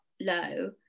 low